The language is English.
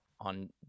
on